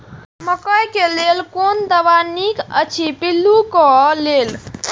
मकैय लेल कोन दवा निक अछि पिल्लू क लेल?